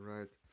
Right